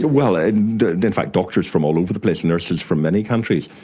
ah well, and in fact doctors from all over the place, nurses from many countries.